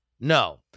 No